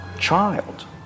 Child